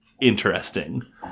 interesting